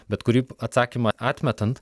bet kurį atsakymą atmetant